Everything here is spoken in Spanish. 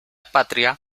patria